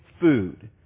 food